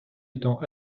étant